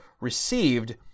received